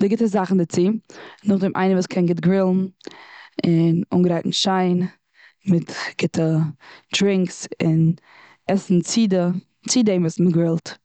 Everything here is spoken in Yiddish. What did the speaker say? די גוטע זאכן דערצו און נאכדעם איינער וואס קען גוט גרילן און אנגרייטן שיין, מיט גוטע דרינקס און עסן צי די, צי דעים וואס מ'גרילט.